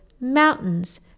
mountains